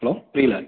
hello புரியல